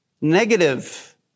negative